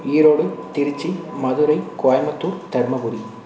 Erode Tiruchi Madurai Coimbatore Dharmapuri